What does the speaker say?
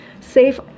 safe